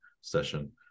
session